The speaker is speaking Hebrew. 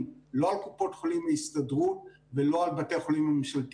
דרך הבנקים בצורה הכי פשוטה שאפשר וקיבלנו את